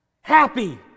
happy